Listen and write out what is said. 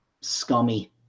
scummy